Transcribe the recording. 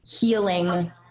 healing